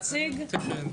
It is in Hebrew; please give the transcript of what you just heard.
הדברים.